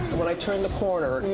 when i turn the corner,